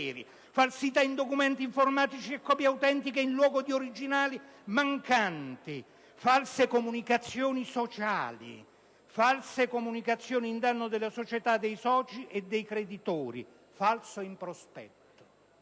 falsità in documenti informatici e copie autentiche in luogo di originali mancanti; false comunicazioni sociali; false comunicazioni in danno della società, dei soci e dei creditori; falso in prospetto.